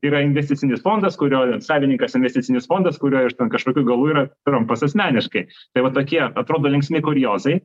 yra investicinis fondas kurio savininkas investicinis fondas kurio iš ten kažkokių galų yra trampas asmeniškai tai va tokie atrodo linksmi kuriozai